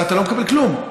ואתה לא מקבל כלום,